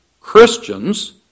Christians